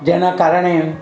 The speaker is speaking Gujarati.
તેના કારણે